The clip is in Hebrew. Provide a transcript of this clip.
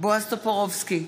בועז טופורובסקי,